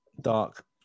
dark